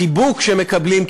החיבוק שמקבלים,